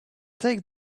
take